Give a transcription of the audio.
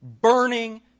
burning